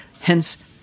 hence